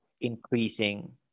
increasing